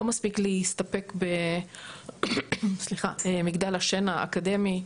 לא מספיק להסתפק במגדל השן האקדמי,